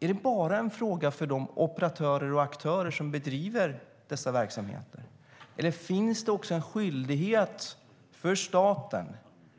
Är det bara en fråga för de operatörer och aktörer som bedriver dessa verksamheter? Eller finns det också en skyldighet för staten